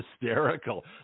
hysterical